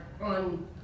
on